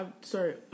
Sorry